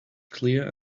clear